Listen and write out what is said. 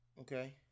Okay